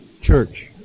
Church